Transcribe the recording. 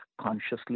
consciously